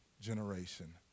generation